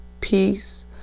peace